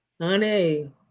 honey